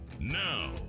Now